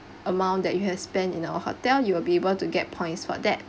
amount that you have spent in our hotel you'll be able to get points for that